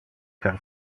per